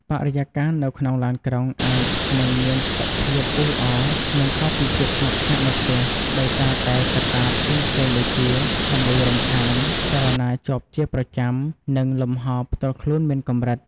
បរិយាកាសនៅក្នុងឡានក្រុងអាចនឹងមានសភាពអ៊ូអរ និងខុសពីភាពស្ងប់ស្ងាត់នៅផ្ទះ ដោយសារតែកត្តាផ្សេងៗដូចជា សំឡេងរំខាន ចលនាជាប់ជាប្រចាំ និងលំហផ្ទាល់ខ្លួនមានកម្រិត។